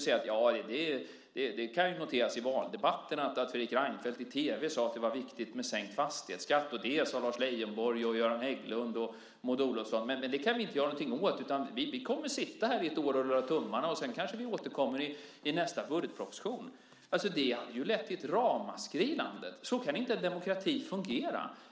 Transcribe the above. Ja, det kan ha noterats i valdebatten att Fredrik Reinfeldt i tv sade att det var viktigt att sänka fastighetsskatt, och det sade Lars Leijonborg, Göran Hägglund och Maud Olofsson, men det kan vi inte göra någonting åt. Vi kommer att sitta här ett år och rulla tummarna, sedan kanske vi återkommer i nästa budgetproposition. Det hade lett till ramaskri. Så kan inte en demokrati fungera.